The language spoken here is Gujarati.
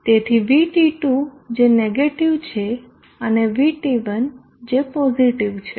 તેથી VT2 જે નેગેટીવ છે અને VT1 જે પોઝીટીવ છે